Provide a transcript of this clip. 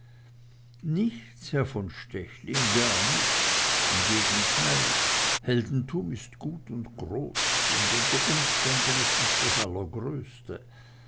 nichts herr von stechlin gar nichts im gegenteil heldentum ist gut und groß und unter umständen ist es das allergrößte